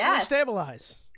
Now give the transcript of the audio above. stabilize